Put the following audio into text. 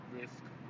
risk